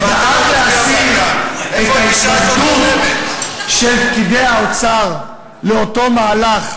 שדאג להסיר את ההתנגדות של פקידי האוצר לאותו מהלך.